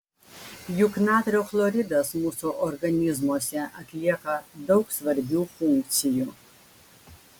juk natrio chloridas mūsų organizmuose atlieka daug svarbių funkcijų